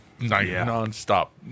Non-stop